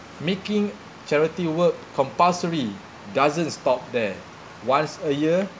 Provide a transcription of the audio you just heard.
making charity work compulsory doesn't stop there once a year